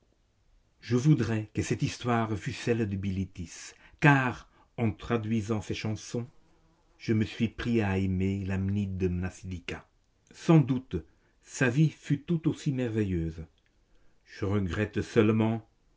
je voudrais que cette histoire fut celle de bilitis car en traduisant ses chansons je me suis pris à aimer l'amie de mnasidika sans doute sa vie fut tout aussi merveilleuse je regrette seulement